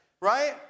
right